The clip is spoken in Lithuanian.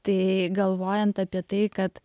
tai galvojant apie tai kad